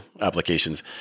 applications